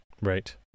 Right